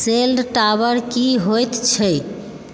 sale tower की होइत छै